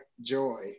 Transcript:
joy